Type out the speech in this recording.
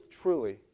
truly